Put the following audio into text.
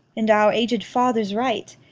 and our ag'd father's right.